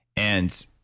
and